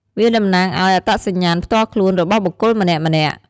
វាតំណាងឲ្យ អត្តសញ្ញាណផ្ទាល់ខ្លួន របស់បុគ្គលម្នាក់ៗ។